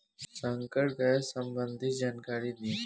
संकर गाय सबंधी जानकारी दी?